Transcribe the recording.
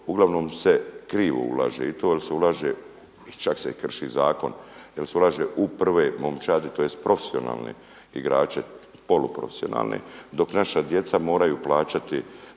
uglavnom se krivo ulaže i to jel se ulaže i čak se i krši zakon jel se ulaže u prve momčadi tj. profesionalne igrače, polu profesionalne dok naša djeca moraju plaćati